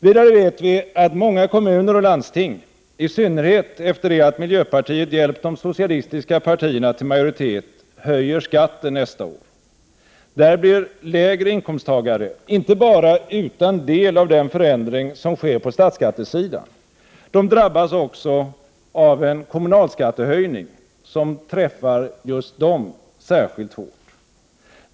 Vidare vet vi att många kommuner och landsting — i synnerhet efter det att miljöpartiet hjälpt de socialistiska partierna till majoritet — höjer skatten nästa år. Där blir inkomsttagare med lägre inkomst inte bara utan del av den förändring som sker på statsskattesidan, de drabbas också av en kommunalskattehöjning, som träffar just dem särskilt hårt.